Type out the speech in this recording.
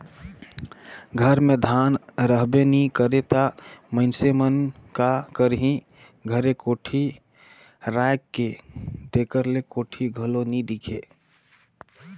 घर मे धान रहबे नी करे ता मइनसे मन का करही घरे कोठी राएख के, तेकर ले कोठी घलो नी दिखे